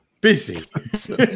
Busy